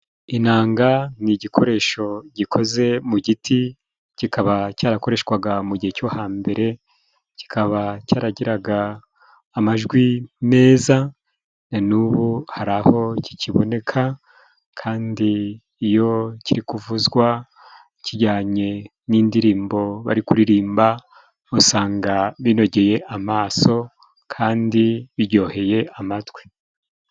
Inanga ni igikoresho gikoze mu giti kikaba cyarakoreshwaga mu gihe cyo hambere, kikaba cyaragiraga amajwi meza na n'ubu hari aho kikiboneka kandi iyo kiri kuvuzwa kijyanye n'indirimbo bari kuririmba, usanga binogeye amaso kandi biryoheye amatwi.